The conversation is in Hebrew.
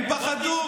הם פחדו,